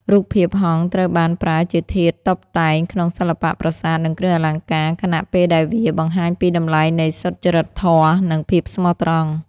រូបភាពហង្សត្រូវបានប្រើជាធាតុតុបតែងក្នុងសិល្បៈ ប្រាសាទ និងគ្រឿងអលង្ការ ខណៈពេលដែលវាបង្ហាញពីតម្លៃនៃសុចរិតធម៌ និងភាពស្មោះត្រង់។